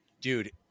Dude